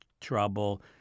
trouble